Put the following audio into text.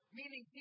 meaning